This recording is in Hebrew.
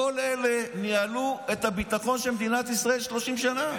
כל אלה ניהלו את הביטחון של מדינת ישראל 30 שנה.